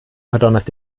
verdonnert